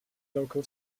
local